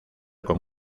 con